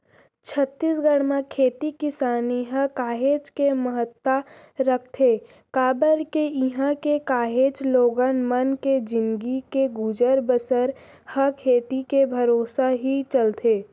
छत्तीसगढ़ म खेती किसानी ह काहेच के महत्ता रखथे काबर के इहां के काहेच लोगन मन के जिनगी के गुजर बसर ह खेती के भरोसा ही चलथे